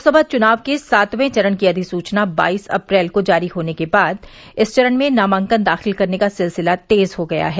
लोकसभा चुनाव के सातवें चरण की अधिसूचना बाईस अप्रैल को जारी होने के बाद इस चरण में नामांकन दाखिल करने का सिलसिला तेज हो गया है